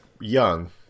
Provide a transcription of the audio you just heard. young